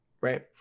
right